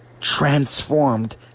transformed